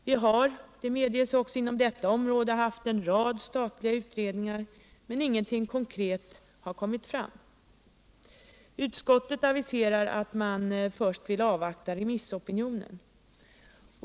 Vi har, det medges, också inom detta område haft en rad statliga utredningar, men ingenting konkret har kommit fram. Utskottet aviserar att man först vill avvakta remissopinionen.